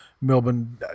Melbourne